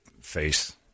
face